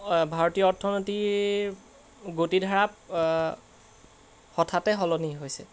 ভাৰতীয় অৰ্থনৈতিৰ গতি ধাৰা হঠাতে সলনি হৈছে